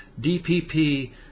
DPP